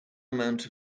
amount